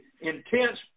intense